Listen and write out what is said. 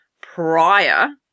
prior